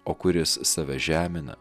o kuris save žemina